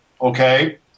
Okay